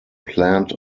planned